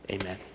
Amen